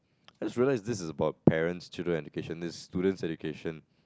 just realise this is about parents' children education this is students' education